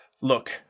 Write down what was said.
look